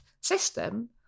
system